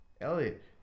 Elliot